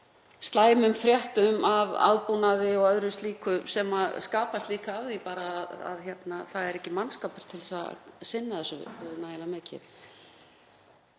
slæmum fréttum af aðbúnaði dýra og öðru slíku sem skapast af því að það er ekki mannskapur til að sinna þessu nægilega vel.